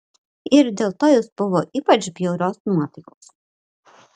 ir dėl to jis buvo ypač bjaurios nuotaikos